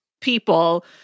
people